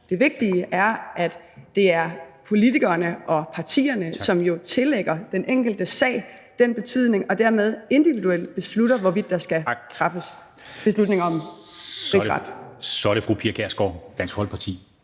det vigtige er, at det er politikerne og partierne, som tillægger den enkelte sag den betydning og dermed individuelt beslutter, hvorvidt der skal træffes beslutning om en rigsret. Kl. 13:07 Formanden (Henrik